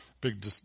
big